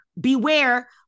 beware